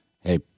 hey